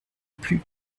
plus